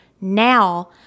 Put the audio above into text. now